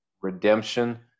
redemption